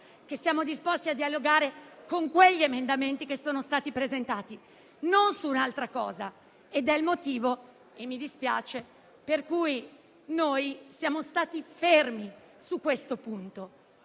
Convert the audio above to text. che siamo disposti a dialogare su quel testo e sugli emendamenti che sono stati presentati, non su un'altra cosa. Questo è il motivo - e mi dispiace - per cui noi siamo stati fermi su questo punto: